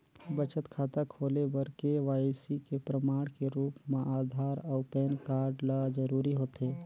बचत खाता खोले बर के.वाइ.सी के प्रमाण के रूप म आधार अऊ पैन कार्ड ल जरूरी होथे